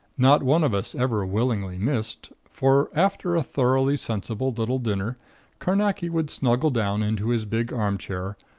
not one of us ever willingly missed, for after a thoroughly sensible little dinner carnacki would snuggle down into his big armchair,